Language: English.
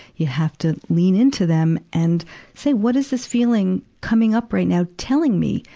you have to lean into them and say what is this feeling coming up right now telling me,